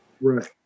Right